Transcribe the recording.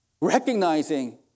Recognizing